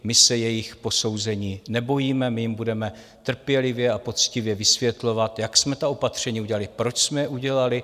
My se jejich posouzení nebojíme, my jim budeme trpělivě a poctivě vysvětlovat, jak jsme ta opatření udělali, proč jsme udělali.